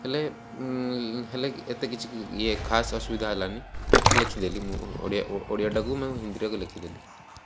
ହେଲେ ହେଲେ ଏତେ କିଛି ଇଏ ଖାସ୍ ଅସୁବିଧା ହେଲାନି ଲେଖିଦେଲି ମୁଁ ଓଡ଼ିଆଟାକୁ ମୁଁ ହିନ୍ଦୀରେ ଲେଖିଦେଲି